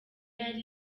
yari